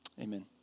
Amen